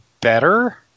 Better